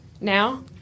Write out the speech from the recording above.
now